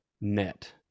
net